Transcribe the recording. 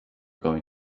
going